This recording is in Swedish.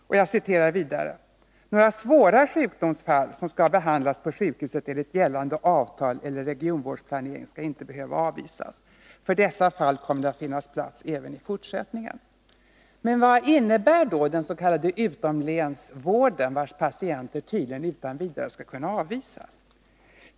Statsrådet säger vidare: ”Några svåra sjukdomsfall, som skall behandlas på Akademiska sjukhuset enligt gällande avtal eller regionvårdsplanering skall inte behöva avvisas. För dessa fall kommer det att finnas plats även i fortsättningen.” Men vad innebär då dens.k. utomlänsvården, vars patienter tydligen utan vidare skall kunna avvisas?